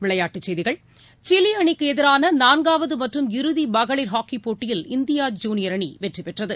விளையாட்டுச் செய்திகள் சிலி அணிக்கு எதிரான நான்காவது மற்றும் இறுதி மகளிர் ஹாக்கி போட்டியில் இந்தியா ஜூனியர் அணி வெற்றிபெற்றது